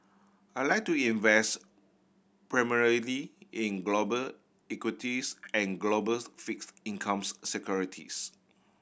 I like to invest primarily in global equities and globals fix incomes securities